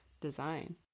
design